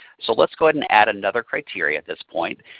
so let's go ahead and add another criteria at this point.